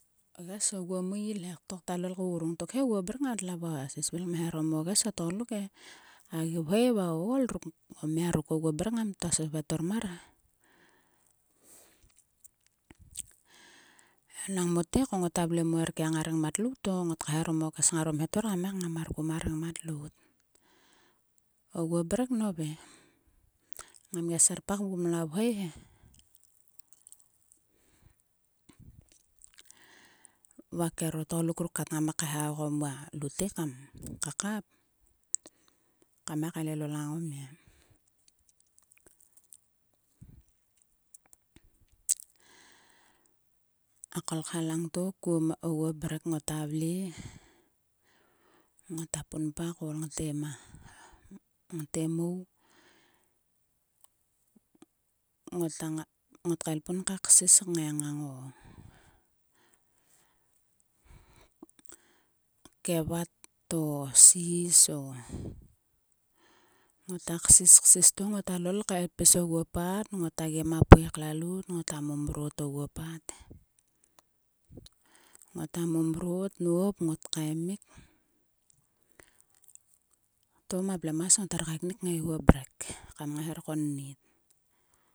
O ges oguo meil he to kta lolol ka grung. Tokhe oguo mrek ngatlo vua sisvil kmeharom o ges o tgoluk e. A gi vhoi va o ool ruk, o mia ruk oguo mrek ngam ktua sovet ormar he. Enang mote ko ngota vle mote er kieng a rengmat lout. To ngot kalharom o ges ngaro mhetor kam ngai ngam mar ku ma rengmat lout. Oguo mrek nove. Ngam gia serpak vgumla vhoi he. Va kero tgoluk ruk kat ngam kaeha oguo mo lutek kam kakap. Kam ngai kaelelol ngang o mia. A kolkha langto kuom oguo mrek ngota vle. ngota punpa koul ngte ma. ngte mou. Ngot kaelpun ka kiss ngai ngan o kevat o sis o. Ngota ksis ksis to ngota lol kae pis oguo pat. Ngota gem a pui klalout. Ngota momrot oguo pat he. Ngota momrot nop. ngot kaemik. To ma vlemas ngot her kaeknik kngaiguo mrek. Kam ngai her konnit.